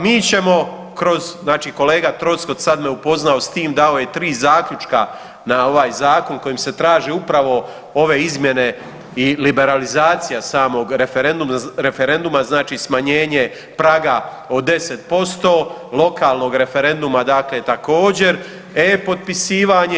Mi ćemo kroz, znači kolega Troskot sada me upoznao s tim dao je 3 zaključka na ovaj zakon kojim se traži upravo ove izmjene i liberalizacija samog referenduma, znači smanjenje praga od 10%, lokalnog referenduma dakle također, e-potpisivanje.